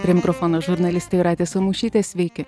prie mikrofono žurnalistė jūratė samušytė sveiki